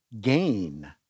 gain